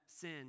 sin